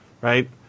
right